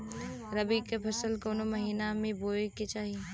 रबी की फसल कौने महिना में बोवे के चाही?